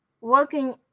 working